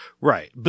Right